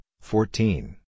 fourteen